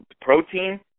protein